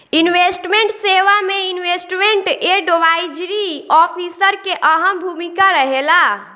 investment सेवा में investment advisory officer के अहम भूमिका रहेला